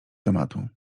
tematu